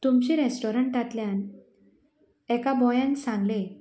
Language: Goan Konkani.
तुमचे रेस्टोरंटांतल्यान एका बोयान सांगलें